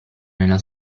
nella